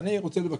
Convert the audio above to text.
אני רוצה לבקש,